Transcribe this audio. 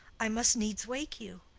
i must needs wake you.